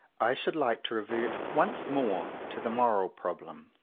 i should like to revert once more to the moral problem.